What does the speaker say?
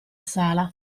sala